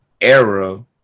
era